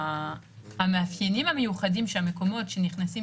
והמאפיינים המיוחדים של המקומות שנכנסים